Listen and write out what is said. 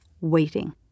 waiting